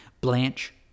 Blanche